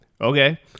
Okay